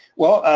well,